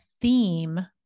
theme